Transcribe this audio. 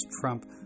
trump